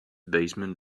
baseman